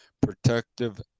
Protective